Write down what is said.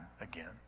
again